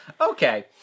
Okay